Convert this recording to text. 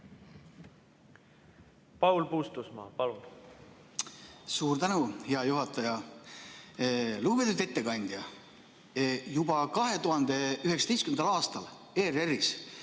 Paul Puustusmaa, palun! Suur tänu, hea juhataja! Lugupeetud ettekandja! Juba 2019. aastal ERR-is